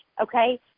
okay